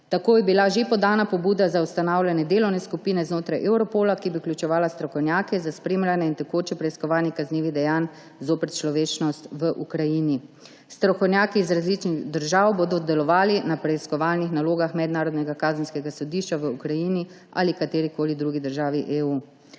Tako je bila že podana pobuda za ustanavljanje delovne skupine znotraj Europola, ki bi vključevala strokovnjake za spremljanje in tekoče preiskovanje kaznivih dejanj zoper človečnost v Ukrajini. Strokovnjaki iz različnih držav bodo delovali na preiskovalnih nalogah Mednarodnega kazenskega sodišča v Ukrajini ali katerikoli drugi državi EU.